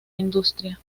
industria